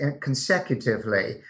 consecutively